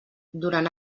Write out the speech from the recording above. durant